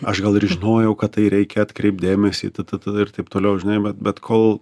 aš gal ir žinojau kad tai reikia atkreipti dėmesį t t t ir taip toliau žinai bet bet kol